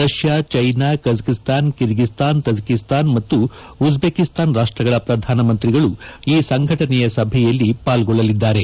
Russia China Kazakhstan Kyrgyzstan Tajikistan ಮತ್ತು Uzbekistan ರಾಷ್ಟಗಳ ಪ್ರಧಾನಮಂತ್ರಿಗಳು ಈ ಸಂಘಟನೆಯ ಸಭೆಯಲ್ಲಿ ಪಾಲ್ಗೊಳ್ಳಲಿದ್ದಾರೆ